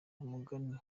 umugani